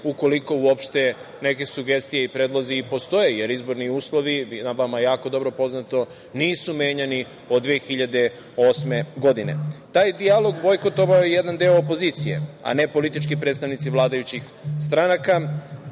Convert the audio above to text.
ukoliko uopšte neke sugestije i predlozi i postoje, jer izborni uslovi, to je vama jako dobro poznato, nisu menjani od 2008. godine. Taj dijalog bojkotovao je jedan deo opozicije, a ne politički predstavnici vladajućih stranaka,